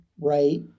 right